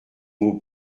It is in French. mot